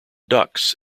ducks